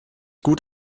gut